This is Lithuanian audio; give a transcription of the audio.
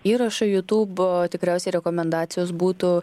įrašą jutūb tikriausiai rekomendacijos būtų